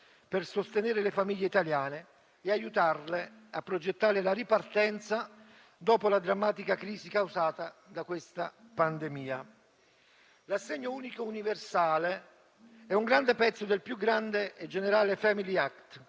per sostenere le famiglie italiane e aiutarle a progettare la ripartenza dopo la drammatica crisi causata dalla pandemia. L'assegno unico universale è un grande pezzo del più grande e generale *family act*